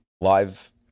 live